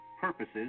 purposes